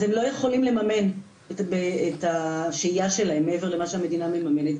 הם לא יכולים לממן את השהייה שלהם מעבר למה שהמדינה מממנת,